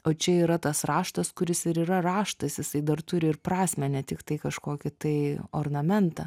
o čia yra tas raštas kuris ir yra raštas jisai dar turi ir prasmę ne tiktai kažkokį tai ornamentą